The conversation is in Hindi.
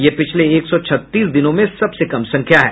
यह पिछले एक सौ छत्तीस दिनों में सबसे कम संख्या है